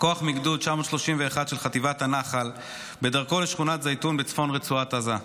כוח מגדוד 931 של חטיבת הנח"ל בדרכו לשכונת זייתון בצפון רצועת עזה,